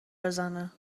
بزنه